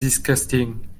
disgusting